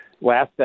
last